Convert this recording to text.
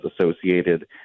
associated